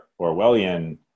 Orwellian